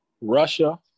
Russia